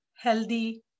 healthy